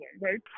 right